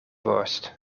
worst